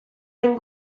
den